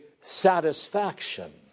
satisfaction